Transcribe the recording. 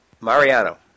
Mariano